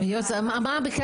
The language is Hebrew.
זה שליש